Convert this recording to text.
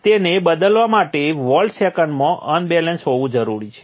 તેને બદલવા માટે વોલ્ટ સેકન્ડમાં અનબેલેન્સ હોવું જરૂરી છે